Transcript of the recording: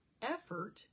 effort